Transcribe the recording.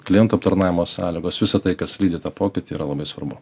klientų aptarnavimo sąlygos visa tai kas lydi tą pokytį yra labai svarbu